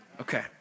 Okay